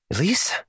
Elise